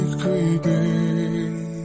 creeping